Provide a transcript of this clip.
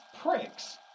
Pricks